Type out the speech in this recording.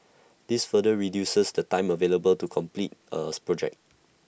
this further reduces the time available to complete A project